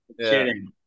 kidding